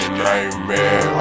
nightmare